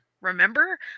remember